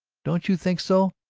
don't you think so?